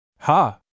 Ha